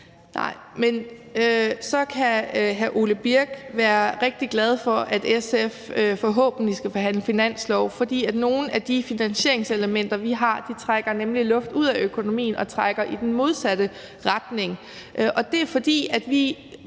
Nej, men så kan hr. Ole Birk Olesen være rigtig glad for, at SF forhåbentlig skal forhandle finanslov, for nogle af de finansieringselementer, som vi har, trækker luft ud af økonomien og trækker i den modsatte retning. Det er, fordi vi